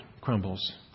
crumbles